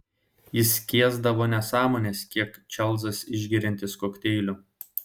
jis skiesdavo nesąmones kiek čarlzas išgeriantis kokteilių